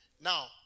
Now